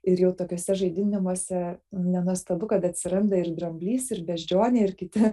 ir jau tokiuose žaidinimuose nenuostabu kad atsiranda ir dramblys ir beždžionė ir kiti